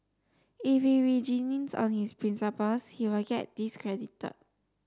if he reneges on his principles he will get discredited